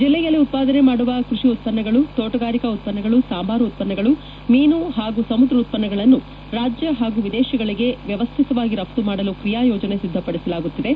ಜಲ್ಲೆಯಲ್ಲಿ ಉತ್ಪಾದನೆ ಮಾಡುವ ಕೃಷಿ ಉತ್ಪನ್ನಗಳು ತೋಟಗಾರಿಕಾ ಉತ್ಪನ್ನಗಳು ಸಾಂಬಾರು ಉತ್ಪನ್ನಗಳು ಮೀನು ಹಾಗೂ ಸಮುದ್ರ ಉತ್ಪನ್ನಗಳನ್ನು ರಾಜ್ಯ ಹಾಗೂ ವಿದೇಶಿಗಳಿಗೆ ವ್ಯವಸ್ಥಿತವಾಗಿ ರಫ್ತು ಮಾಡಲು ಕ್ರಿಯಾ ಯೋಜನೆ ಸಿದ್ಧಪಡಿಸಲಾಗುತ್ತಿದೆ